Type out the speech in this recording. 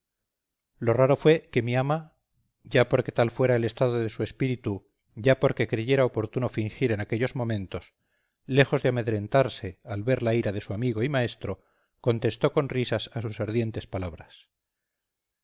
lo raro fue que mi ama ya porque tal fuera el estado de su espíritu ya porque creyera oportuno fingir en aquellos momentos lejos de amedrentarse al ver la ira de su amigo y maestro contestó con risas a sus ardientes palabras